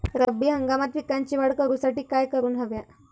रब्बी हंगामात पिकांची वाढ करूसाठी काय करून हव्या?